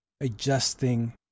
adjusting